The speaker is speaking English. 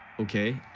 ok,